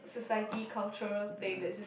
society cultural thing that